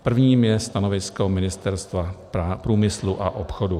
Prvním je stanovisko Ministerstva průmyslu a obchodu.